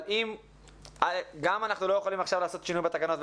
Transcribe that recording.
אבל גם עכשיו אנחנו לא יכולים לעשות שינוי בתקנות,